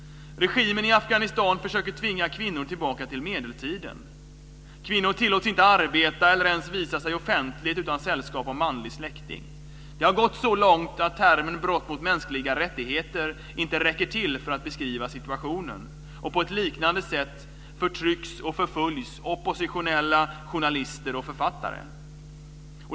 Regimen i Afghanistan försöker tvinga kvinnor tillbaka till medeltiden. Kvinnor tillåts inte arbeta eller ens visa sig offentligt utan sällskap av en manlig släkting. Det har gått så långt att begreppet "brott mot mänskliga rättigheter" inte räcker till för att beskriva situationen. På ett liknande sätt förtrycks och förföljs oppositionella, journalister och författare.